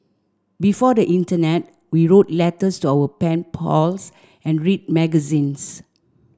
before the internet we wrote letters to our pen pals and read magazines